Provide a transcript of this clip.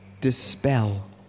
dispel